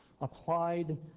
applied